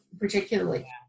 particularly